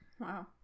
Wow